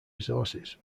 resources